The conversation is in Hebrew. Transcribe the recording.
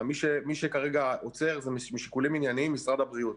מי שכרגע עוצר זה משיקולים ענייניים משרד הבריאות.